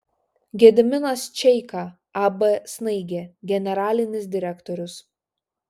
gediminas čeika ab snaigė generalinis direktorius